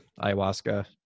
ayahuasca